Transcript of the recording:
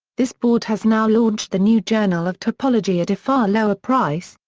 this board has now launched the new journal of topology at a far lower price,